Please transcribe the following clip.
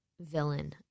villain